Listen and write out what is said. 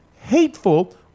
hateful